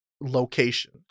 location